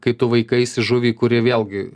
kai tu vaikaisi žuvį kuri vėlgi